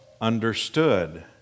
understood